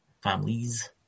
families